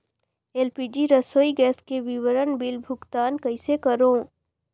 LPG रसोई gas के विवरण बिल भुगतान कइसे करों?